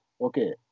okay